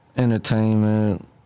Entertainment